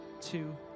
two